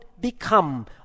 become